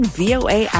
voa